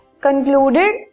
Concluded